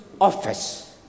office